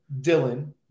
Dylan